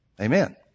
Amen